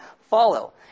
follow